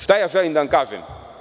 Šta ja želim da vam kažem?